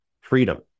freedom